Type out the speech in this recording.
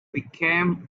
became